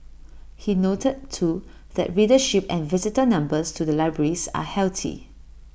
he noted too that readership and visitor numbers to the libraries are healthy